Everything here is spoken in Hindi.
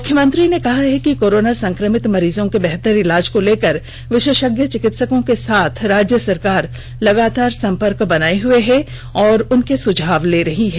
मुख्यमंत्री र्न कहा है कि कोरोना संक्रमित मरीजों के बेहतर इलाज को लेकर विशेषज्ञ चिकित्सकों के साथ राज्य सरकार लगातार संपर्क बनाए हुए है और उनके सुझाव ले रही है